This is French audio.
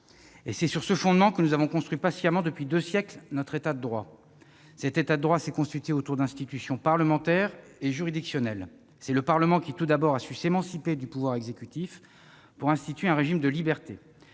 » C'est sur ce fondement que nous avons construit patiemment, depuis deux siècles, notre État de droit. Cet État de droit s'est constitué autour d'institutions parlementaires et juridictionnelles. C'est le Parlement qui, tout d'abord, a su s'émanciper du pouvoir exécutif pour instituer un régime de liberté.